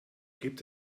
gibt